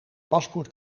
paspoort